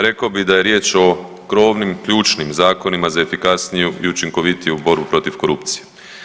Rekao bi da je riječ o krovnim ključnim zakonima za efikasniju i učinkovitiju borbu protiv korupcije.